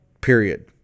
period